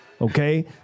okay